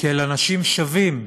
כאל אנשים שווים,